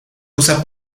usa